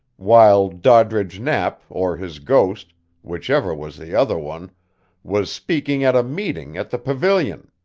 while doddridge knapp or his ghost whichever was the other one was speaking at a meeting, at the pavilion.